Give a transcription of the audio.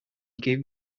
give